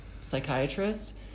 psychiatrist